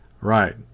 right